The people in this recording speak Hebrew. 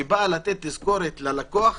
שבאה לתת תזכורת ללקוח,